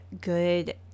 good